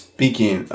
Speaking